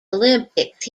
olympics